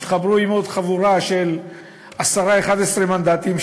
התחברו עם עוד חבורה של 10 11 מנדטים,